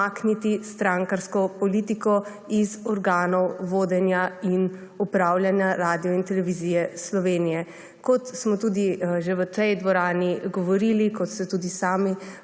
strankarsko politiko iz organov vodenja in upravljanja radia in televizije Slovenije. Kot smo tudi že v tej dvorani govorili, kot ste tudi sami